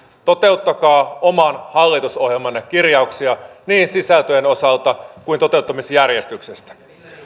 toteuttakaa oman hallitusohjelmanne kirjauksia niin sisältöjen osalta kuin toteuttamisjärjestyksen